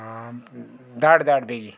आं धाड धाड बेगी